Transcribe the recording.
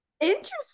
Interesting